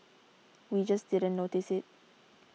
we just didn't notice it